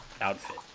outfit